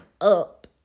up